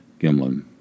Gimlin